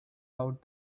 out